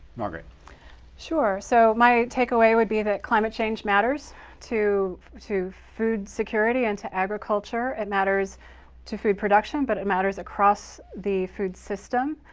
margaret walsh sure. so my takeaway would be that climate change matters to to food security and to agriculture. it matters to food production, but it matters across the food system.